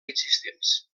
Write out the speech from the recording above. existents